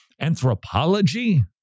anthropology